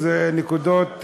זאת נקודה,